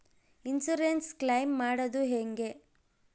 Insurance claim ಮಾಡದು ಹೆಂಗೆ?